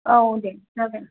औ दे जागोन